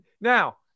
Now